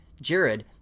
Jared